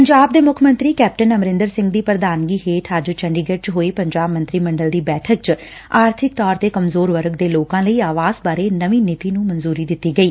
ਪੰਜਾਬ ਦੇ ਮੁੱਖ ਮੰਤਰੀ ਕੈਪਟਨ ਅਮਰਿੰਦਰ ਸਿੰਘ ਦੀ ਪ੍ਰਧਾਨਗੀ ਹੇਠ ਅੱਜ ਚੰਡੀਗੜੁ ਚ ਹੋਈ ਪੰਜਾਬ ਮੰਤਰੀ ਮੰਡਲ ਦੀ ਬੈਠਕ ਚ ਆਰਥਿਕ ਤੋਰ ਤੇ ਕਮਜ਼ੋਰ ਵਰਗ ਦੇ ਲੋਕਾਂ ਲਈ ਆਵਾਸ ਬਾਰੇ ਨਵੀਂ ਨੀਤੀ ਦਿੱਤੀ ਗਈ